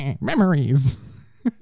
Memories